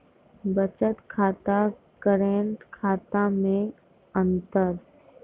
बचत खाता करेंट खाता मे अंतर?